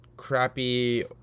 crappy